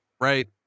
Right